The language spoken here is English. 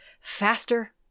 faster